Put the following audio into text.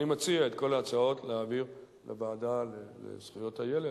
אני מציע את כל ההצעות להעביר לוועדה לזכויות הילד,